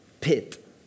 pit